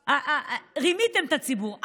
רימיתם את הציבור,